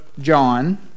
John